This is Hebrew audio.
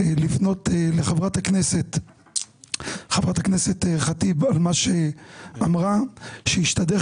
לפנות לחברת הכנסת ח'טיב על מה שאמרה שהשתדך